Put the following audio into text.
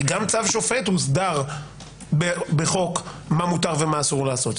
גם לגבי צו שופט הוסדר בחוק מה מותר ומה אסור לעשות.